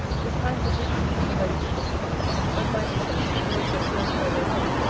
this kind protection was what i wished for but my wishes, raised at first by your love,